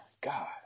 God